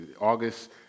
August